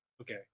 Okay